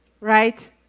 right